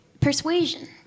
persuasion